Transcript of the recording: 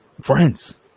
friends